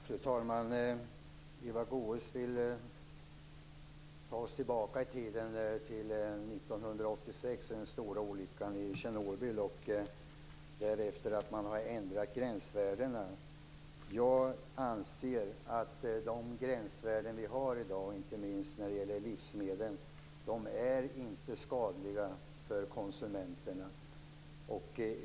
Fru talman! Eva Goës vill ta oss tillbaks i tiden - till 1986 och den stora olyckan i Tjernobyl. Man har ändrat gränsvärdena därefter. Jag anser att de gränsvärden vi har i dag, inte minst när det gäller livsmedel, inte är skadliga för konsumenterna.